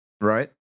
Right